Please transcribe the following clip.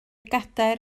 gadair